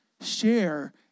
share